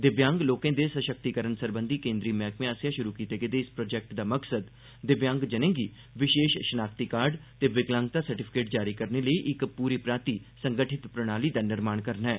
दिव्यांग लोकें दे सशक्तिकरण सरबंघी केन्द्री मैह्कमे आसेआ शुरु कीते गेदे इस प्रोजेक्ट दा मकसद दिव्यांग लोकें गी विशेष शनाख्ती कार्ड ते विकलांगता सर्टिफिकेट जारी करने लेई इक पूरी पराती संगठित प्रणाली दा निर्माण करना ऐ